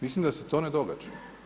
Mislim da se to ne događa.